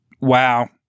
Wow